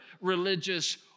religious